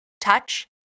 Touch